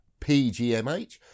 pgmh